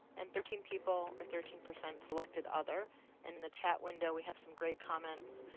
and thirteen people or thirteen percent selected other and then the chat window, we have some great comments.